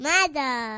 Mother